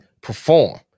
perform